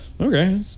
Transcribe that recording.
okay